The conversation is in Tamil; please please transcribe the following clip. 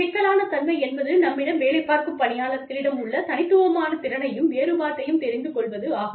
சிக்கலான தன்மை என்பது நம்மிடம் வேலைப் பார்க்கும் பணியாளர்களிடம் உள்ள தனித்துவமான திறனையும் வேறுபாட்டையும் தெரிந்து கொள்வதாகும்